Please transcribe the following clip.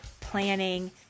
planning